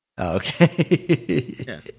Okay